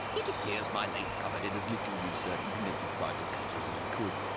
it appears my late brother did as little research into native tribal cultures as he could,